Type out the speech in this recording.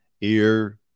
ear